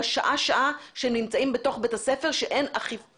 בשעה-שעה שהם נמצאים בתוך בית הספר שאין אכיפה